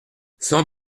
cent